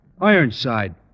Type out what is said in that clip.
Ironside